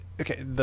okay